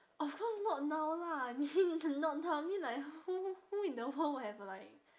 of course not now lah I mean not now I mean who who in the world will have like